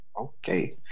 okay